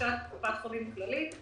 בקשת קופת חולים כללית,